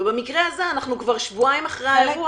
ובמקרה הזה אנחנו כבר שבועיים אחרי האירוע